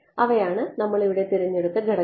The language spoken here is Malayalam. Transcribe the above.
അവയാണ് നമ്മൾ ഇവിടെ തിരഞ്ഞെടുത്ത ഘടകങ്ങൾ